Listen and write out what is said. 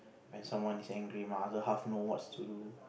when someone is angry my other half know whats to do